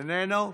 איננו,